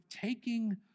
taking